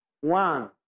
one